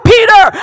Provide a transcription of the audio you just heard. Peter